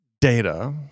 data